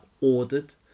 ordered